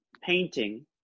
painting